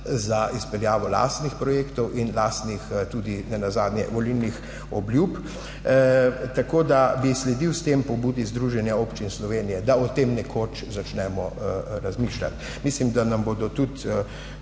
za izpeljavo lastnih projektov in nenazadnje tudi lastnih volilnih obljub. Tako da bi sledil s tem pobudi Združenja občin Slovenije, da o tem nekoč začnemo razmišljati. Mislim, da nam bodo tudi